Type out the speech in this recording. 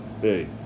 hey